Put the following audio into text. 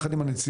יחד עם הנציבות,